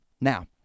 Now